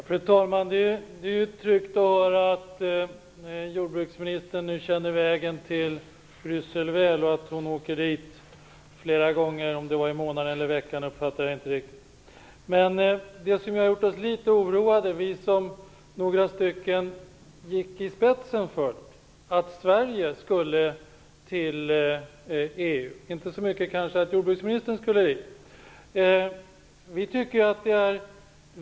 Fru talman! Det är ju tryggt att höra att jordbruksministern nu är väl förtrogen med vägen till Bryssel och att hon åker dit flera gånger i månaden eller i veckan. Jag tillhörde några som gick i spetsen för att Sverige skulle gå in i EU, om också kanske inte så mycket för att jordbruksministern skulle komma dit, och vi har blivit litet oroade.